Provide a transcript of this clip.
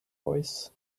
voice